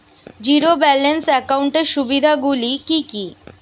Zero balance একাউন্টের সুবিধা গুলি কি কি?